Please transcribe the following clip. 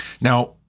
Now